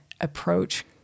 approach